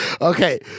Okay